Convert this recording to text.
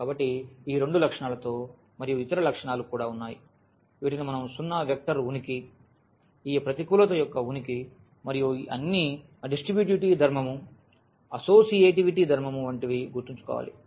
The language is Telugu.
కాబట్టి ఈ రెండు లక్షణాలతో మరియు ఇతర లక్షణాలు కూడా ఉన్నాయి వీటిని మనం సున్నా వెక్టర్ ఉనికి ఈ ప్రతికూలత యొక్క ఉనికి మరియు ఈ అన్ని డిస్ట్రిబ్యూటివిటీ ధర్మం అసోసియేటివిటీ ధర్మం వంటివి గుర్తుంచుకోవాలి